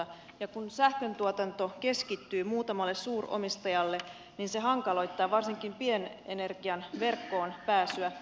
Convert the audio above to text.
ja kun sähköntuotanto keskittyy muutamalle suuromistajalle niin se hankaloittaa varsinkin pienenergian verkkoon pääsyä